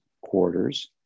quarters